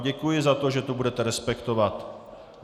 Děkuji vám za to, že to budete respektovat.